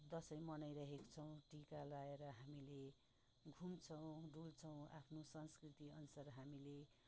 दसैँ मनाइरहेका छौँ टिका लाएर हामीले घुम्छौँ डुल्छौँ आफ्नो संस्कृति अनुसार हामीले